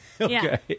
Okay